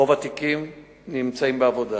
רוב התיקים נמצאים בעבודה.